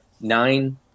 nine